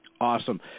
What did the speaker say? Awesome